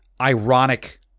ironic